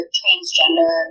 transgender